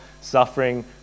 suffering